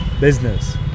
business